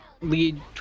lead